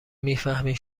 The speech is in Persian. میفهمین